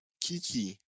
Kiki